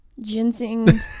Ginseng